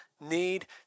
need